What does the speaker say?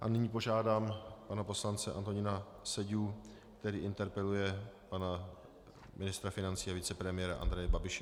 A nyní požádám pana poslance Antonína Seďu, který interpeluje pana ministra financí a vicepremiéra Andreje Babiše.